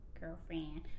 girlfriend